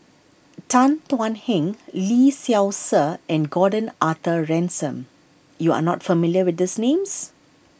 Tan Thuan Heng Lee Seow Ser and Gordon Arthur Ransome you are not familiar with these names